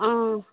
অঁ